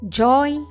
joy